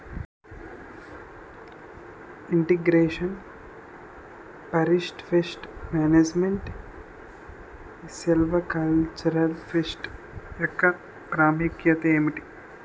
integration forest pest management silvicultural practice యెక్క ప్రాముఖ్యత ఏంటి